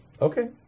okay